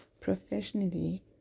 professionally